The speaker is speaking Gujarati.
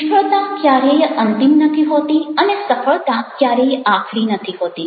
નિષ્ફળતા ક્યારે અંતિમ નથી હોતી અને સફળતા ક્યારેય આખરી નથી હોતી